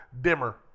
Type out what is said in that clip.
dimmer